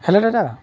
hello দাদা